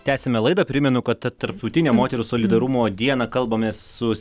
tęsiame laidą primenu kad tarptautinę moterų solidarumo dieną kalbamės su